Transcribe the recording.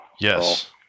yes